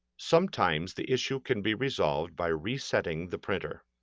sometimes the issue can be resolved by resetting the printer.